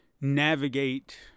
navigate